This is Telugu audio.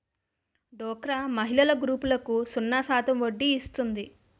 డోక్రా మహిళల గ్రూపులకు సున్నా శాతం వడ్డీ ఇస్తుంది